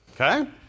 Okay